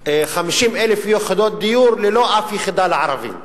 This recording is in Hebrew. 50,000 יחידות דיור ללא אף יחידה לערבים.